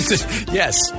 Yes